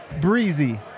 Breezy